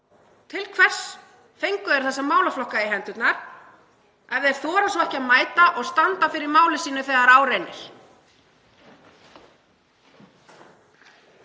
Til hvers fengu þeir þessa málaflokka í hendurnar ef þeir þora svo ekki að mæta og standa fyrir máli sínu þegar á reynir?